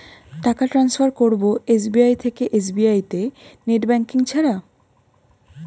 টাকা টান্সফার করব এস.বি.আই থেকে এস.বি.আই তে নেট ব্যাঙ্কিং ছাড়া?